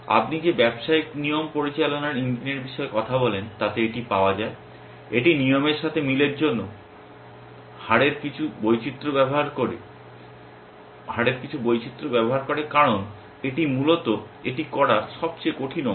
আপনি যে ব্যবসায়িক নিয়ম পরিচালনার ইঞ্জিনের বিষয়ে কথা বলেন তাতে এটি পাওয়া যায় এটি নিয়মের সাথে মিলের জন্য হারের কিছু বৈচিত্র্য ব্যবহার করে কারণ এটি মূলত এটি করার সবচেয়ে কঠিন অংশ